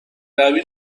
روی